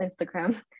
instagram